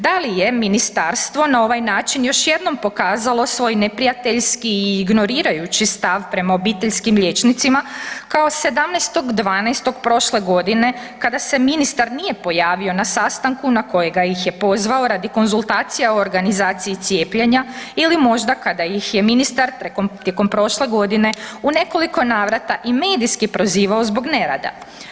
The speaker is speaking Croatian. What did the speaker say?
Da li je ministarstvo na ovaj način još jednom pokazalo svoj neprijateljski i ignorirajući stav prema obiteljskim liječnicima kao 17.12. prošle godine kada se ministar nije pojavio na sastanku na kojega ih ne pozvao radi konzultacija o organizaciji cijepljenja ili možda kada ih je ministar tijekom prošle godine u nekoliko navrata i medijski prozivao zbog nerada?